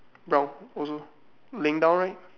brown also laying down right